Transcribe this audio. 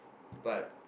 but